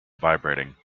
vibrating